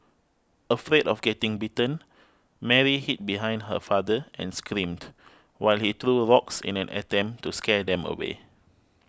afraid of getting bitten Mary hid behind her father and screamed while he threw rocks in an attempt to scare them away